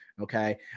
Okay